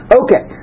okay